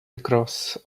across